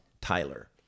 Tyler